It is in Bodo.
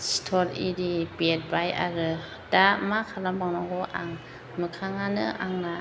सिथर आरि बेरबाय आरो दा मा खालामबावनांगौ आं मोखाङानो आंना